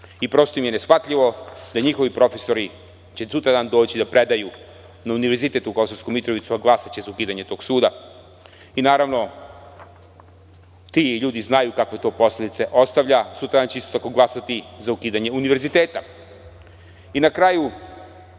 KiM.Prosto im je neshvatljivo da njihovi profesori će sutradan doći da predaju na Univerzitet u Kosovskoj Mitrovici, a glasaće za ukidanje tog suda. Naravno, ti ljudi znaju kakve to posledice ostavlja, jer će sutradan isto glasati za ukidanje Univerziteta. Na kraju,